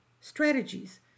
strategies